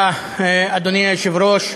ההחלטה אושרה.